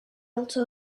also